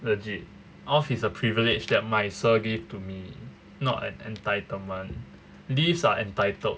legit off is a privilege that my sir give to me not an entitlement leaves are entitled